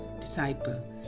disciple